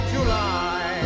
July